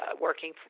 working